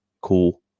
cool